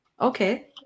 Okay